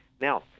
Now